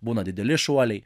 būna dideli šuoliai